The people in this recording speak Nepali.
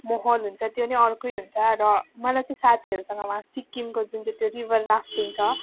माहोल हुन्छ त्यो पनि अर्कै हुन्छ र मलाई चाहिँ साथीहरूसँग वहाँ सिक्किमको जुन चाहिँ त्यो रिभर राफ्टिङ छ